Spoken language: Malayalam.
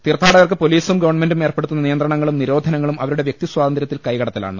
തീർത്ഥാടകർക്ക് പൊലീസും ഗവൺമെന്റും ഏർപ്പെടു ത്തുന്ന നിയന്ത്രണങ്ങളും നിരോധനങ്ങളും അവരുടെ വ്യക്തി സ്വാതന്ത്രൃത്തിൽ കൈകടത്തലാണ്